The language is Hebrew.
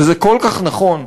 וזה כל כך נכון,